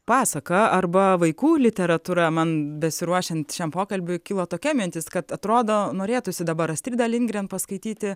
pasaka arba vaikų literatūra man besiruošiant šiam pokalbiui kilo tokia mintis kad atrodo norėtųsi dabar astridą lindgren paskaityti